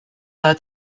war